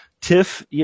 TIFF